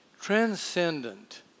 Transcendent